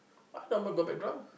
but I never got back drunk